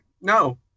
No